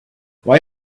why